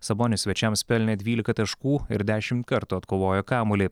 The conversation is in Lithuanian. sabonis svečiams pelnė dvylika taškų ir dešimt kartų atkovojo kamuolį